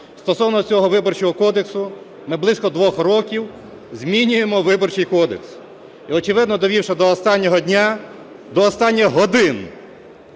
Стосовно цього Виборчого кодексу. Ми близько 2 років змінюємо Виборчий кодекс і, очевидно довівши до останнього дня, до останніх годин